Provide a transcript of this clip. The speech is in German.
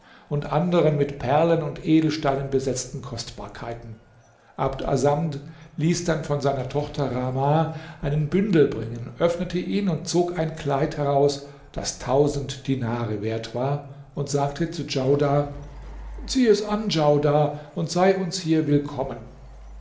und anderen mit perlen und edelsteinen besetzten kostbarkeiten abd assamd ließ dann von seiner tochter rahmah einen bündel bringen öffnete ihn und zog ein kleid heraus das tausend dinare wert war und sagte zu djaudar zieh es an djaudar und sei uns hier willkommen